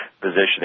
positioning